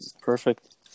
Perfect